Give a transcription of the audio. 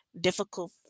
difficult